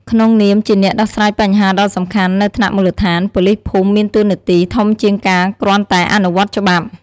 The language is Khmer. ក្នុងនាមជាអ្នកដោះស្រាយបញ្ហាដ៏សំខាន់នៅថ្នាក់មូលដ្ឋាន ប៉ូលីសភូមិមានតួនាទីធំជាងការគ្រាន់តែអនុវត្តច្បាប់។